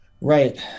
Right